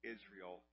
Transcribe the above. Israel